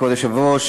כבוד היושב-ראש,